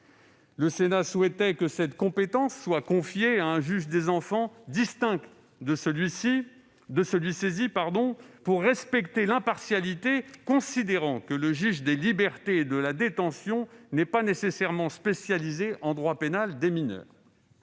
Le Sénat souhaitait que cette compétence soit confiée à un juge des enfants distinct de celui saisi, pour respecter l'impartialité, considérant que le juge des libertés et de la détention n'est pas nécessairement spécialisé en droit pénal des mineurs.